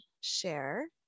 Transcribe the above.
share